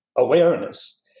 awareness